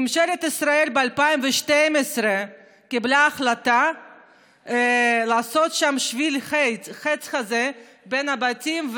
ממשלת ישראל קיבלה ב-2012 החלטה לעשות שם שביל חץ כזה בין הבתים,